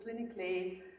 clinically